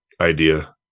idea